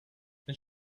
and